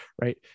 right